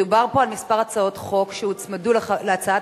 מדובר פה על כמה הצעות חוק שהוצמדו להצעת